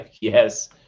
Yes